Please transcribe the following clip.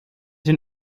den